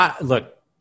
Look